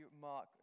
Mark